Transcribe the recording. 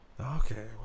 Okay